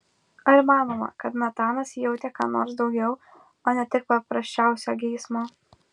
ar įmanoma kad natanas jautė ką nors daugiau o ne tik paprasčiausią geismą